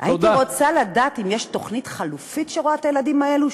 הייתי רוצה לדעת אם יש תוכנית חלופית שרואה את הילדים הללו,